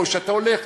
או כשאתה הולך,